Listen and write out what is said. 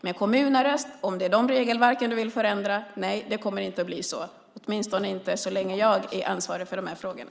Men om det är regelverken för kommunarrest som du vill förändra så kommer det inte att bli så, åtminstone inte så länge jag är ansvarig för de här frågorna.